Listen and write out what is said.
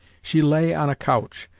she lay on a couch,